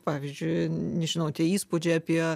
pavyzdžiui nežinau tie įspūdžiai apie